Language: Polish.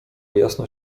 jasno